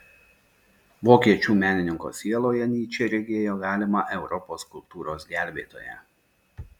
vokiečių menininko sieloje nyčė regėjo galimą europos kultūros gelbėtoją